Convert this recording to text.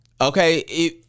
okay